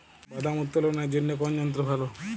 বাদাম উত্তোলনের জন্য কোন যন্ত্র ভালো?